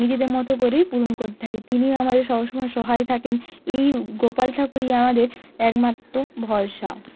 নিজেদের মতো করেই পূরণ করে থাকি তিনিও আমাদের সব সময় সহায় থাকেন এই গোপাল ঠাকুরই আমাদের আমাদের একমাত্র ভরসা